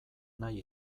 nahi